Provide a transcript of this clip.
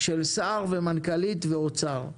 של שר ומנכ"לית ואוצר.